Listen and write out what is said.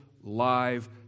live